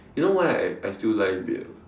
you know why I I still lie in bed or not